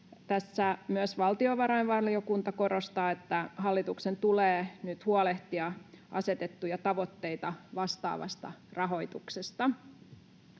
Myös valtiovarainvaliokunta korostaa, että hallituksen tulee nyt huolehtia asetettuja tavoitteita vastaavasta rahoituksesta.